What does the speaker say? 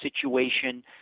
situation